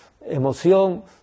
emoción